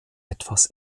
etwas